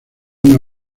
una